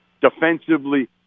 defensively